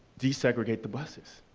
desegregate the buses.